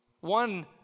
One